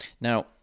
Now